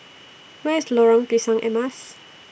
Where IS Lorong Pisang Emas